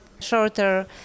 shorter